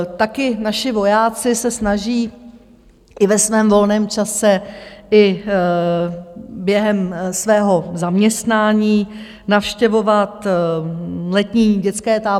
Taky naši vojáci se snaží i ve svém volném čase i během svého zaměstnání navštěvovat letní dětské tábory.